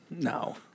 No